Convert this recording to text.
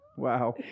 Wow